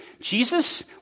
Jesus